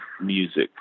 music